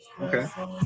Okay